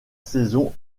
saison